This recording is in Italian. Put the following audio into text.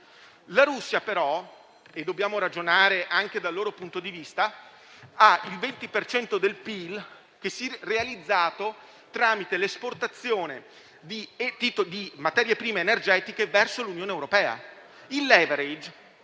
La Russia però - dobbiamo ragionare anche dal suo punto di vista - ha il 20 per cento del PIL realizzato tramite l'esportazione di materie prime energetiche verso l'Unione europea.